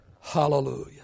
hallelujah